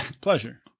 pleasure